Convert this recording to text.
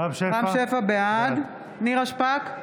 שפע, בעד נירה שפק,